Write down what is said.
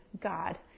God